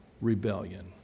rebellion